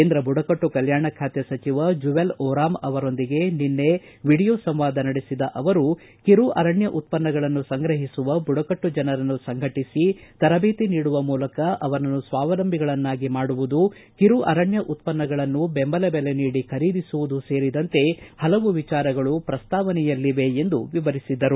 ಕೇಂದ್ರ ಬುಡಕಟ್ಲು ಕಲ್ಯಾಣ ಖಾತೆ ಸಚಿವ ಜುವೆಲ್ ಓರಾಮ್ ಅವರೊಂದಿಗೆ ನಿನ್ನೆ ವೀಡಿಯೊ ಸಂವಾದ ನಡೆಸಿದ ಅವರು ಕಿರು ಆರಣ್ಡ ಉತ್ಪನ್ನಗಳನ್ನು ಸಂಗ್ರಹಿಸುವ ಬುಡಕಟ್ಟು ಜನರನ್ನು ಸಂಘಟಿಸಿ ತರಬೇತಿ ನೀಡುವ ಮೂಲಕ ಅವರನ್ನು ಸ್ವಾವಲಂಬಿಗಳನ್ನಾಗಿ ಮಾಡುವುದು ಕಿರು ಅರಣ್ಯ ಉತ್ಪನ್ನಗಳನ್ನು ಬೆಂಬಲ ಬೆಲೆ ನೀಡಿ ಖರೀದಿಸುವುದು ಸೇರಿದಂತೆ ಹಲವು ವಿಚಾರಗಳು ಪ್ರಸ್ತಾವನೆಯಲ್ಲಿವೆ ಎಂದು ವಿವರಿಸಿದರು